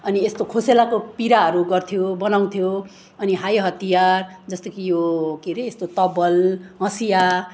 अनि यस्तो खोसेलाको पिराहरू गर्थ्यो बनाउँथ्यो अनि हाय हतियार जस्तो कि यो के अरे यस्तो तबल हँसिया